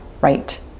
right